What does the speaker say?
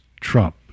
Trump